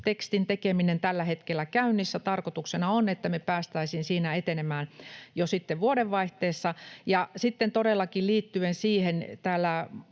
asetustekstin tekeminen tällä hetkellä käynnissä. Tarkoituksena on, että me päästäisiin siinä etenemään jo sitten vuodenvaihteessa. Ja sitten todellakin liittyen siihen täällä